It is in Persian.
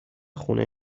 خونه